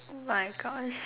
my Gosh